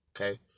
okay